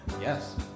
Yes